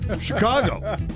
Chicago